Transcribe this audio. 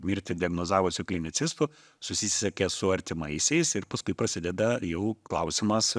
mirtį diagnozavusių klinicistų susisiekia su artimaisiais ir paskui prasideda jau klausimas